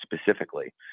specifically